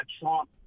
Trump